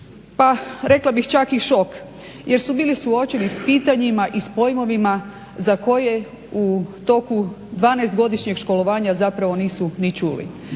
pa rekla bih čak i šok jer su bili suočeni s pitanjima i s pojmovima za koje u toku 12 godišnjeg školovanja zapravo nisu ni čuli.